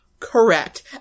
Correct